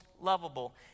lovable